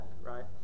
right